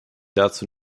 dazu